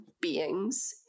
beings